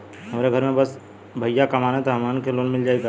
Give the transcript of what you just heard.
हमरे घर में बस भईया कमान तब हमहन के लोन मिल जाई का?